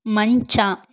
ಮಂಚ